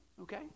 okay